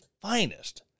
finest